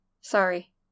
Sorry